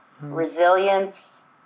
resilience